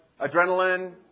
Adrenaline